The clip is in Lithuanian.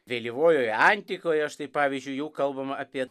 vėlyvojoje antikoje štai pavyzdžiui jau kalbama apie